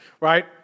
right